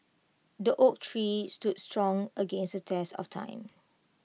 the oak tree stood strong against the test of time